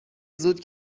زود